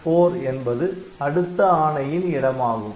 PC4 என்பது அடுத்த ஆணையின் இடமாகும்